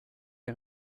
auf